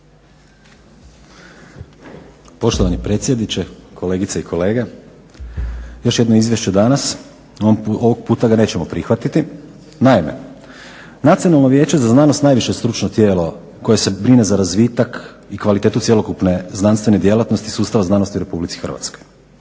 Poštovani predsjedniče, kolegice i kolege! Još jedno izvješće danas, ovog puta ga nećemo prihvatiti. Naime, Nacionalno vijeće za znanost je najviše stručno tijelo koje se brine za razvitak i kvalitetu cjelokupne znanstvene djelatnosti sustava znanosti u Republici Hrvatskoj.